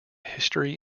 history